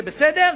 זה בסדר,